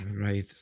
Right